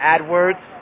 AdWords